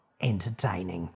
entertaining